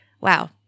Wow